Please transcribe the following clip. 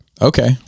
okay